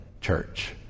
church